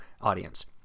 audience